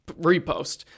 repost